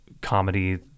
comedy